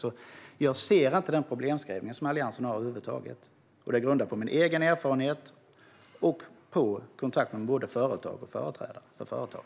Jag instämmer över huvud taget inte i den problembeskrivning som Alliansen har, och det är grundat på min egen erfarenhet och på kontakter med både företag och företrädare för företag.